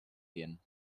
gehen